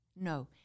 No